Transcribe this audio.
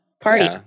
party